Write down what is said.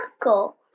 circle